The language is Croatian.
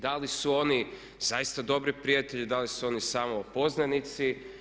Da li su oni zaista dobri prijatelji, da li su oni samo poznanici.